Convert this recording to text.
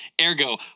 ergo